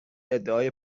ادعای